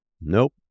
Nope